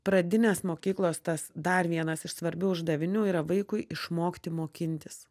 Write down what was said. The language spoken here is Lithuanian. pradinės mokyklos tas dar vienas iš svarbių uždavinių yra vaikui išmokti mokintis